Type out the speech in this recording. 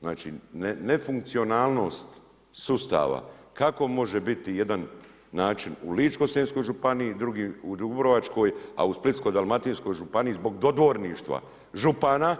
Znači, nefunkcionalnost sustava kako može biti jedan način u ličko-senjskoj županiji, drugi u dubrovačkoj, a u splitsko-dalmatinskoj županiji zbog dodvorništva župana